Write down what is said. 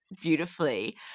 beautifully